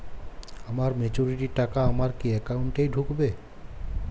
আমার ম্যাচুরিটির টাকা আমার কি অ্যাকাউন্ট এই ঢুকবে?